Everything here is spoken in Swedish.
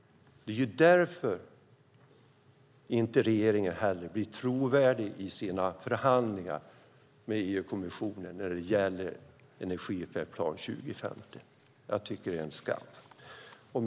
Det är därför regeringen inte heller blir trovärdig i sina förhandlingar med EU-kommissionen när det gäller Energifärdplan 2050. Jag tycker att det är en skam.